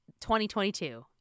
2022